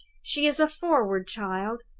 she is a forward child,